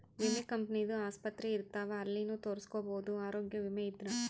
ವಿಮೆ ಕಂಪನಿ ದು ಆಸ್ಪತ್ರೆ ಇರ್ತಾವ ಅಲ್ಲಿನು ತೊರಸ್ಕೊಬೋದು ಆರೋಗ್ಯ ವಿಮೆ ಇದ್ರ